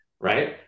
right